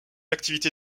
activité